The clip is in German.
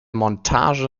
montage